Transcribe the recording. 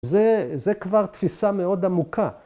‫זה... זה כבר תפיסה מאוד עמוקה.